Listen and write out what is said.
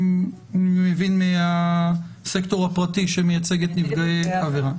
אני מבין שאת מהסקטור הפרטי שמייצג את נפגעי העבירה.